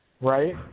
right